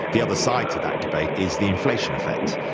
the other side to that debate is the inflation effect.